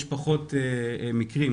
יש פחות מקרים,